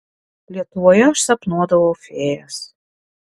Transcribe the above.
lietuvoje aš sapnuodavau fėjas